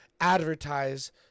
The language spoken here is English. advertise